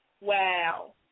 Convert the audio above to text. Wow